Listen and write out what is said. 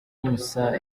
musare